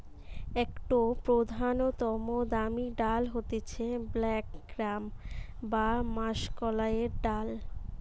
একটো প্রধানতম দামি ডাল হতিছে ব্ল্যাক গ্রাম বা মাষকলাইর ডাল